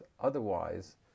Otherwise